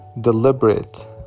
deliberate